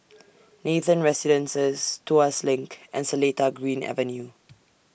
Nathan Residences Tuas LINK and Seletar Green Avenue